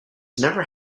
never